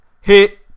Hit